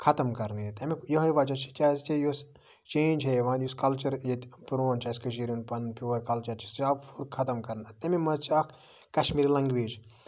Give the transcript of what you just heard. خَتَم کرنہٕ ییٚتہِ تَمیُک یِہوے وجہہ چھُ کیازِ کہِ یُس چینج چھےٚ یِوان یُس کَلچرُک ییٚتہِ پرون چھُ ییٚتہِ کٔشیٖر ہُند پَنُن پِیُوَر کَلچر چھُ سُہ آو خَتٔم کرنہٕ اَمہِ منٛز چھِ اکھ کَشمیٖری لنگویج